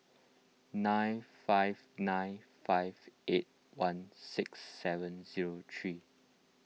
nine five nine five eight one six seven zero three